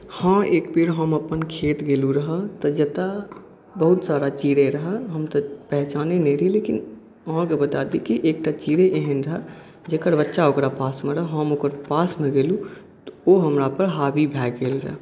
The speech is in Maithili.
हँ एक बेर हम अपन खेत गेलहुँ रहय तऽ जतऽ बहुत सारा चिड़ै रहय पहचानै नहि रहय लेकिन अहाँकेँ बता दी कि एकटा चिड़ै एहन रहय कि जेकर बच्चा ओकर पासमे रहै हम ओकर पासमे गेलहुँ तऽ ओ हमरा पर हावी भऽ गेल रहै